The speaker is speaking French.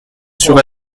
sur